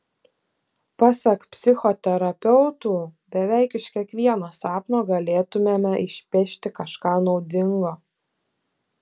pasak psichoterapeutų beveik iš kiekvieno sapno galėtumėme išpešti kažką naudingo